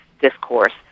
discourse